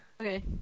Okay